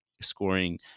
Scoring